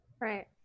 Right